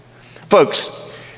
Folks